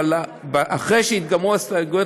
אבל אחרי שייגמרו ההסתייגות,